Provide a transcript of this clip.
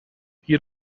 you